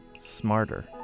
smarter